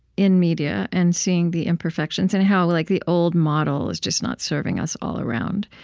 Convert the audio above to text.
in media, and seeing the imperfections and how like the old model is just not serving us all around,